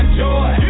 joy